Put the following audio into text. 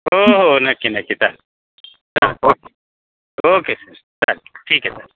हो हो नक्की नक्की चाल चा ओके ओके सर चालेल ठीक आहे